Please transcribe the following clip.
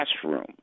classroom